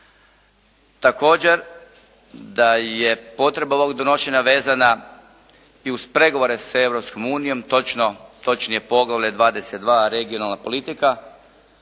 Također da je potreba ovog donošenja vezana i uz pregovore sa Europskom unijom točno, točnije poglavlje 22. regionalna politika